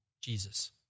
Jesus